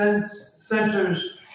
centers